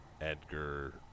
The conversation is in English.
Edgar